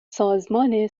سازمان